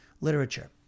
literature